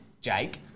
Jake